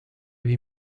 lui